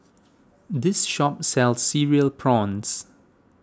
this shop sells Cereal Prawns